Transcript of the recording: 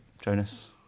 Jonas